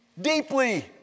deeply